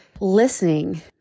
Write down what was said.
listening